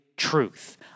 truth